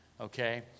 Okay